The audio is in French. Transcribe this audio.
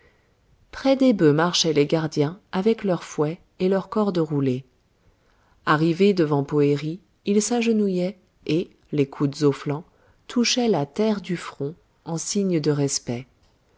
près des bœufs marchaient les gardiens avec leur fouet et leur corde roulée arrivés devant poëri ils s'agenouillaient et les coudes aux flancs touchaient la terre du front en signe de respect